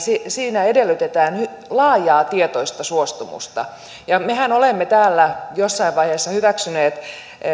siinä edellytetään laajaa tietoista suostumusta ja mehän olemme täällä jossain vaiheessa hyväksyneet